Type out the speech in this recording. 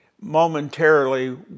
Momentarily